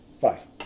five